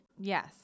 Yes